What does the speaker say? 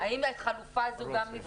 האם גם החלופה הזו נבחנה?